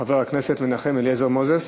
חבר הכנסת מנחם אליעזר מוזס?